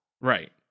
Right